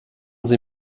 sie